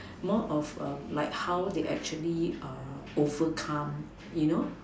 more of like how they actually overcome you know